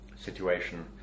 situation